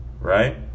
right